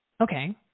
Okay